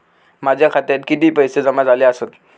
माझ्या खात्यात किती पैसे जमा झाले आसत?